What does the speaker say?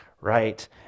right